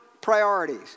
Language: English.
priorities